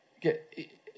get